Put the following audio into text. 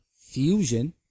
Fusion